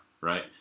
right